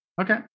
Okay